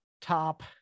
Top